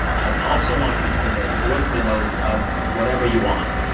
i also want you to send us voice memos of whatever you want.